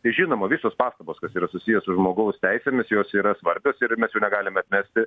tai žinoma visos pastabos kas yra susiję su žmogaus teisėmis jos yra svarbios ir mes jų negalime atmesti